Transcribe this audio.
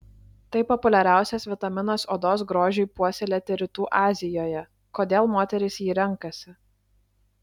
tai populiariausias vitaminas odos grožiui puoselėti rytų azijoje kodėl moterys jį renkasi